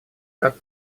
так